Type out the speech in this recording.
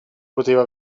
poteva